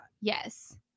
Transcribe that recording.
Yes